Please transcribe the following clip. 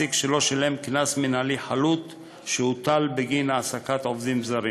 למעסיק שלא שילם קנס מינהלי חלוט שהוטל בגין העסקת עובדים זרים.